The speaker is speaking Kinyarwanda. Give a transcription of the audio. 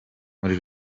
muri